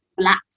flat